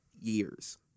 years